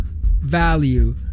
value